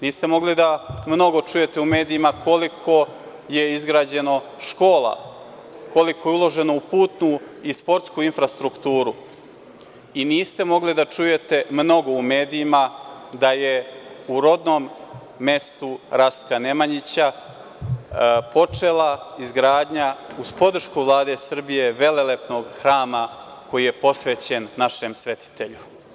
Niste mogli da mnogo čujete u medijima koliko je izgrađeno škola, koliko je uloženo u putnu i sportsku infrastrukturu i niste mogli da čujete mnogo u medijima da je u rodnom mestu Rastka Nemanjića počela izgradnja, uz podršku Vlade Srbije, velelepnog hrama koji je posvećen našem svetitelju.